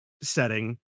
setting